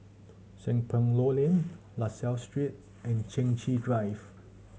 Seng Poh Low Lane La Salle Street and Chai Chee Drive